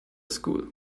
school